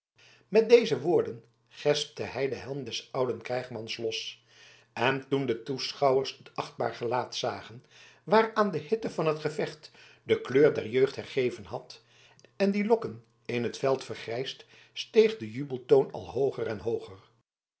met deze woorden gespte hij den helm des ouden krijgsmans los en toen de toeschouwers het achtbaar gelaat zagen waar aan de hitte van het gevecht de kleur der jeugd hergeven had en die lokken in t veld vergrijsd steeg de jubeltoon al hooger en hooger